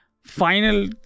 final